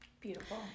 beautiful